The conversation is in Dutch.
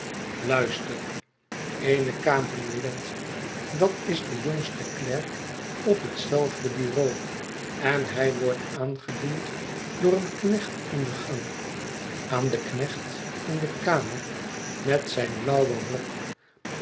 luister eene cabriolet dat is de jongste klerk op hetzelfde bureau en hij wordt aangediend door een knecht in den gang aan den knecht in de kamer met zijn blauwen rok